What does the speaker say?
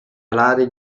alari